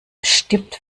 bestimmt